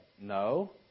no